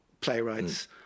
playwrights